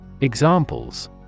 Examples